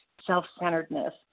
self-centeredness